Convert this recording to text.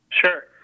Sure